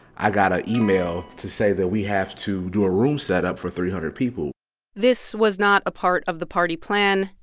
i got an email to say that we have to do a room set up for three hundred people this was not a part of the party plan.